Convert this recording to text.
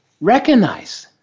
recognize